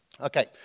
Okay